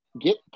get